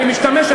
אני משתמש,